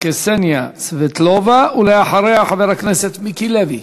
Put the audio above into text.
קסניה סבטלובה, ואחריה, חבר הכנסת מיקי לוי.